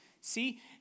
See